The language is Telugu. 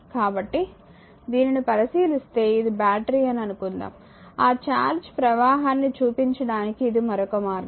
కాబట్టి దీనిని పరిశీలిస్తే ఇది బ్యాటరీ అని అనుకుందాం ఆ ఛార్జ్ ప్రవాహాన్ని చూపించడానికి ఇది మరొక మార్గం